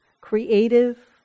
creative